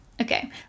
Okay